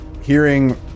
hearing